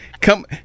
come